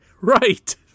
right